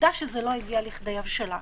ועובדה שזה לא הגיע לכדי הבשלה.